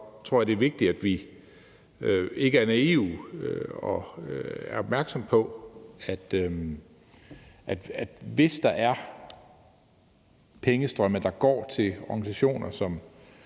jeg, det er vigtigt, at vi ikke er naive og er opmærksomme på, at hvis der er pengestrømme, der går til organisationer,